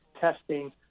testing